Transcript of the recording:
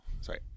Sorry